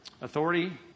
Authority